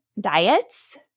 diets